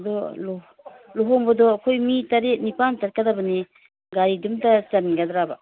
ꯑꯗꯨ ꯂꯨꯍꯣꯡꯕꯗꯨ ꯑꯩꯈꯣꯏ ꯃꯤ ꯇꯔꯦꯠ ꯅꯤꯄꯥꯜ ꯆꯠꯀꯗꯕꯅꯤ ꯒꯥꯔꯤꯗꯨꯝꯗ ꯆꯟꯒꯗ꯭ꯔꯥꯕ